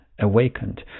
awakened